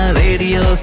radio